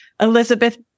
Elizabeth